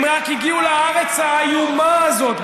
הם רק הגיעו לארץ האיומה הזאת,